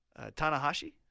Tanahashi